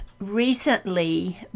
recently